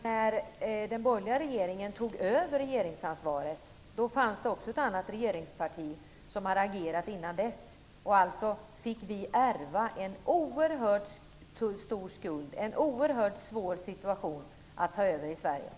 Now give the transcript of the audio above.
Herr talman! När den borgerliga regeringen tog över regeringsansvaret fanns det också ett annat regeringsparti som hade agerat innan dess. Vi fick alltså ärva en oerhört stor skuld. Det var en oerhört svår situation i Sverige när vi fick ta över.